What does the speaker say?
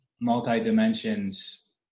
multi-dimensions